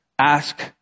ask